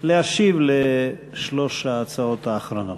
להשיב על שלוש ההצעות האחרונות.